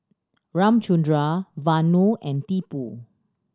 Ramchundra Vanu and Tipu